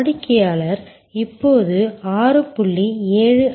வாடிக்கையாளர் இப்போது 6